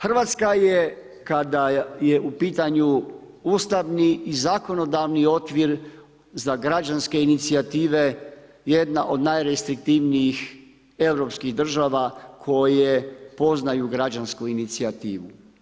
Hrvatska je kada je u pitanju ustavni i zakonodavni okvir za građanske inicijative jedna od najrestriktivnijih europskih država koje poznaju građansku inicijativu.